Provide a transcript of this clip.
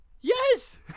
Yes